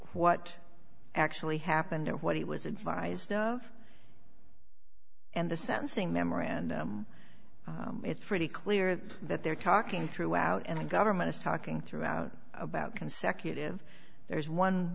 what actually happened what he was advised of and the sentencing memorandum it's pretty clear that they're talking throughout and the government is talking throughout about consecutive there's one